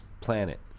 planet